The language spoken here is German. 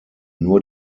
nur